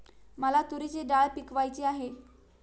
मला तूरीची डाळ पिकवायची आहे